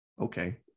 okay